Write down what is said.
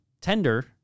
tender